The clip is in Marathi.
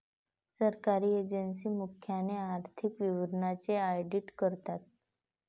सरकारी एजन्सी प्रामुख्याने आर्थिक विवरणांचे ऑडिट करतात